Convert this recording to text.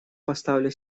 поставлю